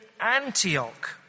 Antioch